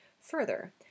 Further